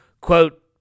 quote